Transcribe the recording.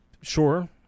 sure